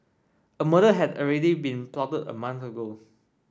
a murder had already been plotted a month ago